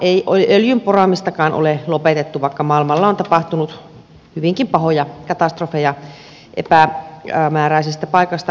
ei öljyn poraamistakaan ole lopetettu vaikka maailmalla on tapahtunut hyvinkin pahoja katastrofeja epämääräisistä paikoista öljyä porattaessa